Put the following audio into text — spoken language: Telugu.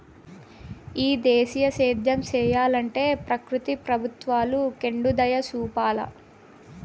ఈ దేశీయ సేద్యం సెయ్యలంటే ప్రకృతి ప్రభుత్వాలు కెండుదయచూపాల